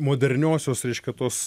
moderniosios reiškia tos